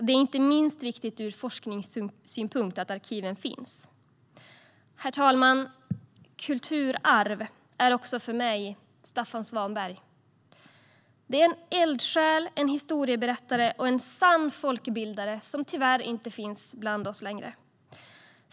Det är inte minst ur forskningssynpunkt viktigt att arkiven finns. Herr talman! Kulturarv är också för mig Staffan Svanberg - en eldsjäl, historieberättare och sann folkbildare som tyvärr inte längre finns bland oss.